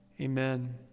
Amen